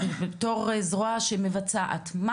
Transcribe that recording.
בתור זרוע שמבצעת,